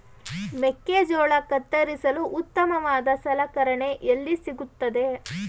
ಮೆಕ್ಕೆಜೋಳ ಕತ್ತರಿಸಲು ಉತ್ತಮವಾದ ಸಲಕರಣೆ ಎಲ್ಲಿ ಸಿಗುತ್ತದೆ?